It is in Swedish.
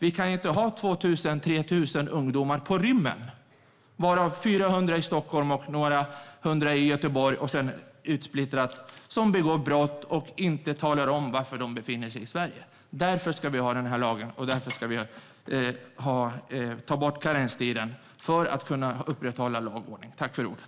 Vi kan inte ha 2 000-3 000 ungdomar på rymmen varav 400 i Stockholm, några hundra i Göteborg och sedan utsplittrat som begår brott och inte talar om varför de befinner sig i Sverige. Därför ska vi ha lagen, och därför ska vi ta bort karenstiden för att kunna upprätthålla lag och ordning.